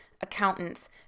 accountants